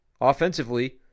Offensively